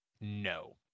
no